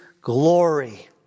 glory